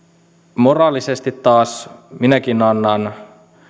moraalisesti taas minäkin annan